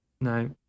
No